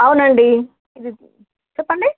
అవునండి చెప్పండి